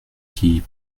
qui